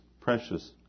precious